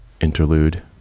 interlude